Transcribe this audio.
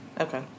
Okay